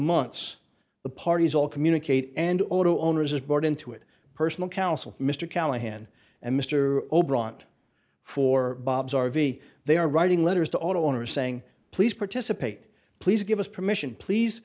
months the parties all communicate and auto owners are born into it personal counsel mr callahan and mr o'bryant for bob's r v they are writing letters to auto owners saying please participate please give us permission please